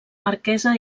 marquesa